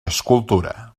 escultura